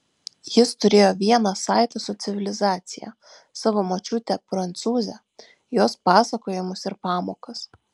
jis turėjo vieną saitą su civilizacija savo močiutę prancūzę jos pasakojimus ir pamokas